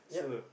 sure